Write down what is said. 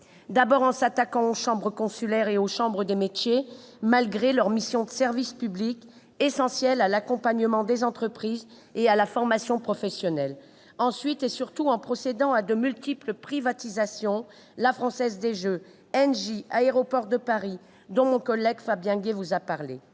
D'abord, le texte s'attaque aux chambres consulaires et aux chambres de métiers, malgré leurs missions de service public, essentielles à l'accompagnement des entreprises et à la formation professionnelle. Ensuite, et surtout, il procède à de multiples privatisations : la Française des jeux, Engie et Aéroports de Paris, dont mon collègue Fabien Gay vous a parlé.